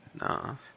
No